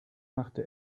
machte